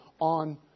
on